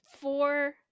four